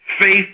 Faith